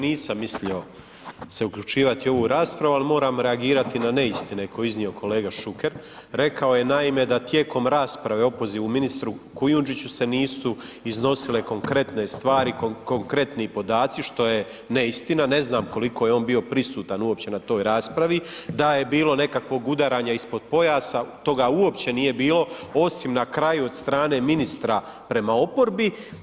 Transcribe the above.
Nisam mislio se uključivati u ovu raspravu, al moram reagirati na neistine koje je iznio kolega Šuker, rekao je naime da tijekom rasprave o opozivu ministru Kujundžiću se nisu iznosile konkretne stvari, konkretni podaci, što je neistina, ne znam koliko je on bio prisutan uopće na toj raspravi, da je bilo nekakvog udaranja ispod pojasa, toga uopće nije bilo, osim na kraju od strane ministra prema oporbi.